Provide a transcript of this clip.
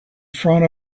front